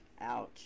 Ouch